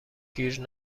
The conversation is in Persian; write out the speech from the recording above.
گیر